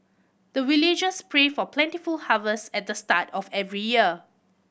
the villagers pray for plentiful harvest at the start of every year